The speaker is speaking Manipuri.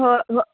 ꯍꯣꯏ